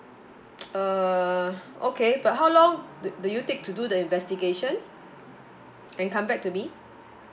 uh okay but how long do do you take to do the investigation then come back to me